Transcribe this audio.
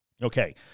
Okay